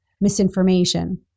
misinformation